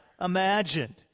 imagined